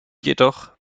jedoch